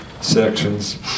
sections